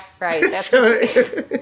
right